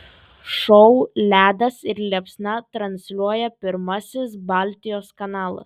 šou ledas ir liepsna transliuoja pirmasis baltijos kanalas